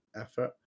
effort